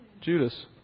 Judas